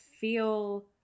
feel